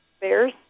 bears